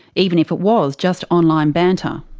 even if it was just online banter.